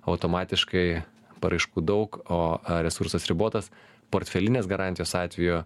automatiškai paraiškų daug o resursas ribotas portfelinės garantijos atveju